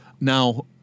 Now